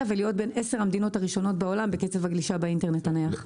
ולהיות בין 10 המדינות הראשונות בעולם בקצב הגלישה באינטרנט הנייח.